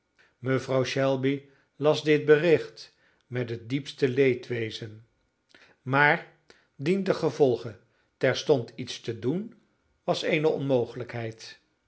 mevrouw shelby las dit bericht met het diepste leedwezen maar dientengevolge terstond iets te doen was eene onmogelijkheid